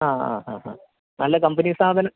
ആ ആ ആ നല്ല കമ്പനി സാധനം